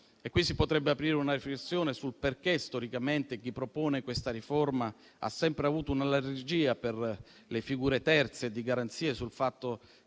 Qui si potrebbe aprire una riflessione sul perché storicamente chi propone questa riforma ha sempre avuto un'allergia per le figure terze e di garanzia, sul fatto